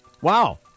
Wow